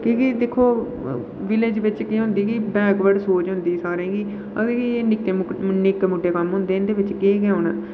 की के दिक्खो विलेज़ बिच केह् होंदी की बैकवर्ड सोच होंदी सारें दी ते आखदे निक्के मुट्टे कम्म होंदे इं'दे बिच केह् होना